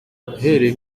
yahereye